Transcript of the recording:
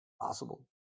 possible